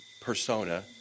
persona